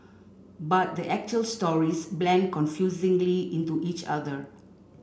but the actual stories blend confusingly into each other